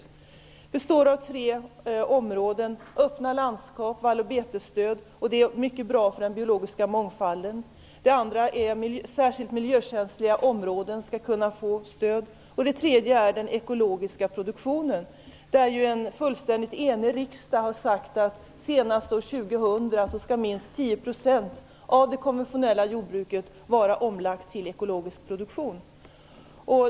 Det består av tre områden: Det första är öppna landskap och vall och betesstöd, vilket är mycket bra för den biologiska mångfalden. Det andra är att särskilt miljökänsliga områden skall kunna få stöd. Och det tredje är den ekologiska produktionen. En helt enig riksdag har sagt att senast år 2000 skall minst 10 % av det konventionella jordbruket vara omlagt till ekologisk produktion.